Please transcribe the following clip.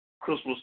Christmas